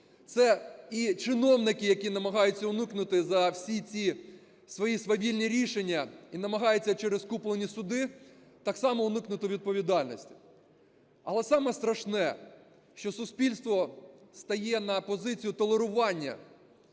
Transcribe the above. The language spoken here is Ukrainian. Це і чиновники, які намагаються уникнути за всі ці свої свавільні рішення і намагаються через куплені суди так само уникнути відповідальності. Але саме страшне, що суспільство стає на позицію толерування,